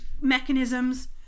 mechanisms